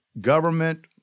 government